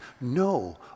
no